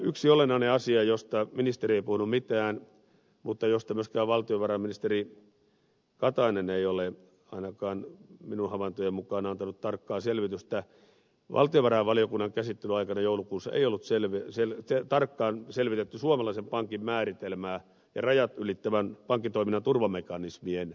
yksi olennainen asia josta ministeri ei puhunut mitään mutta josta myöskään valtiovarainministeri katainen ei ole ainakaan minun havaintojeni mukaan antanut tarkkaa selvitystä on se että valtiovarainvaliokunnan käsittelyaikana joulukuussa ei ollut tarkkaan selvitetty suomalaisen pankin määritelmää ja rajat ylittävän pankkitoiminnan turvamekanismien sisältöä